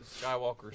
Skywalker